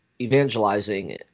evangelizing